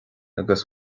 agus